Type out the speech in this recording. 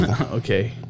Okay